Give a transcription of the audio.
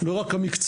לא רק המקצועות